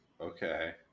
Okay